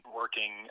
working